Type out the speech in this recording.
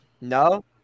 No